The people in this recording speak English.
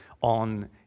on